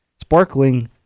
sparkling